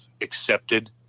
accepted